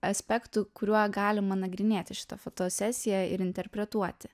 aspektų kuriuo galima nagrinėti šitą fotosesiją ir interpretuoti